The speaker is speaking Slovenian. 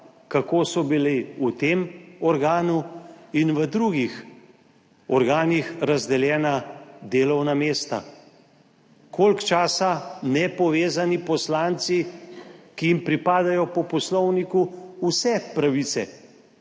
kako so bila v tem organu in v drugih organih razdeljena delovna mesta? Koliko časa nepovezani poslanci, ki jim po poslovniku pripadajo